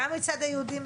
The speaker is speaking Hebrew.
גם מצד היהודים,